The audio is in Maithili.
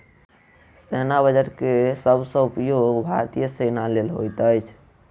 सेना बजट के सब सॅ उपयोग भारतीय सेना लेल होइत अछि